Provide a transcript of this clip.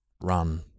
run